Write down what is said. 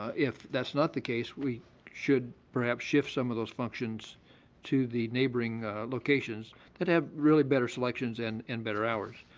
if that's not the case, we should perhaps shift some of those functions to the neighboring locations that have really better selections and and better hours.